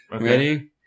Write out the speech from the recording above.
Ready